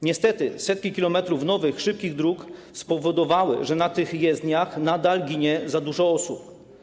Niestety setki kilometrów nowych, szybkich dróg spowodowały, że na tych jezdniach nadal ginie za dużo osób.